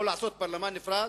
אם יעשו פרלמנט נפרד,